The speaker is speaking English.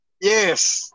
Yes